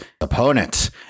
opponent